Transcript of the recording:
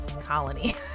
Colony